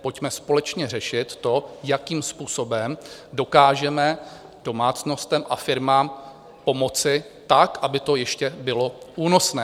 Pojďme společně řešit to, jakým způsobem dokážeme domácnostem a firmám pomoci tak, aby to ještě bylo únosné.